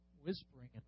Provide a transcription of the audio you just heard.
whispering